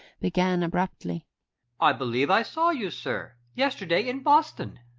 began abruptly i believe i saw you, sir, yesterday in boston.